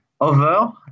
over